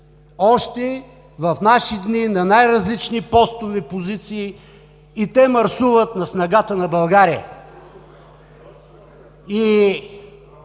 още в наши дни на най-различни постове и позиции, те мърсуват на снагата на България.